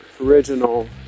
original